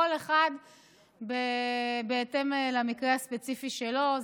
כל אחד בהתאם למקרה הספציפי שלו.